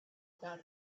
about